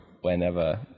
whenever